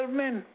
men